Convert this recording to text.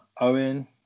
Owen